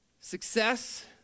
success